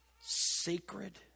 sacred